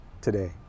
today